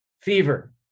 Fever